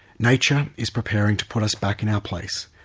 nature is preparing to put us back in our place,